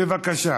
בבקשה.